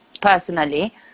personally